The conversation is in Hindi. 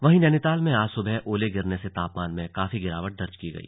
वहीं नैनीताल में आज सुबह ओले गिरने से तापमान में काफी गिरावट दर्ज की गई